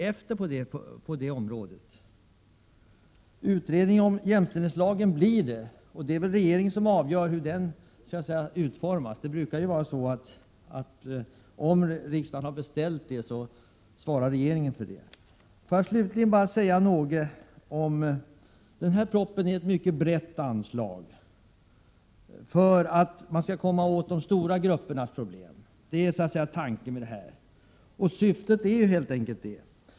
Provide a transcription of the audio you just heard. Det kommer att bli en utredning om jämställdhetslagen. Det är regeringen som avgör hur den skall utformas. Om riksdagen har beställt en utredning, brukar regeringen svara för det. Får jag slutligen säga att denna proposition innebär ett mycket brett anslag för att komma åt de stora gruppernas problem. Det är helt enkelt syftet med detta.